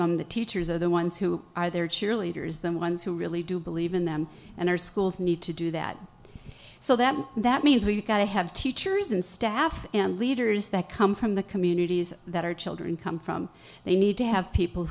them the teachers are the ones who are there cheerleaders them ones who really do believe in them and our schools need to do that so that that means we've got to have teachers and staff and leaders that come from the communities that our children come from they need to have people